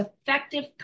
effective